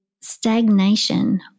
stagnation